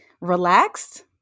relaxed